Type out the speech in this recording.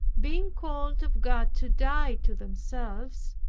being called of god to die to themselves,